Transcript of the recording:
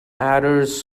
adders